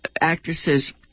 actresses